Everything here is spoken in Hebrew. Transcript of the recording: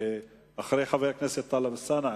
את רשומה אחרי חבר הכנסת טלב אלסאנע,